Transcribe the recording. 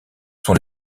sont